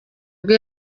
bwe